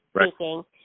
speaking